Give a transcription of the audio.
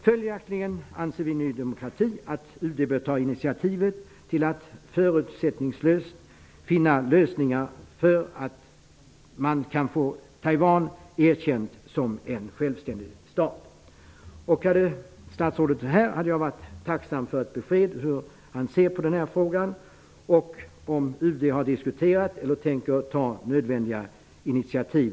Följaktligen anser vi i Ny demokrati att UD bör ta initiativ till att förutsättningslöst finna lösningar så att Taiwan kan erkännas som självständig stat. Om statsrådet hade varit här hade jag varit tacksam för ett besked om hur han ser på denna viktiga fråga och om UD har diskuterat den eller tänker ta nödvändiga initiativ.